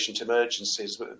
emergencies